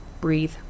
Breathe